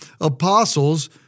apostles